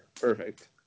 Perfect